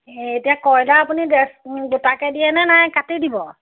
এই এতিয়া কয়লাৰ আপুনি গোটাকৈ দিয়ে নে নাই কাটি দিব